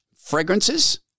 fragrances